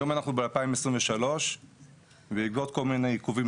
היום אנחנו ב-2023 ובעקבות כל מיני עיכובים